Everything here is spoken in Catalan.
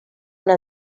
una